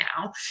now